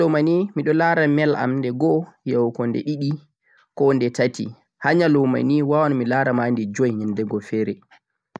Haa nyaloma nii miɗon laara e-mail am nde go yahugo nde ɗiɗi koh nde tati